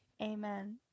Amen